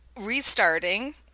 Restarting